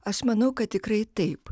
aš manau kad tikrai taip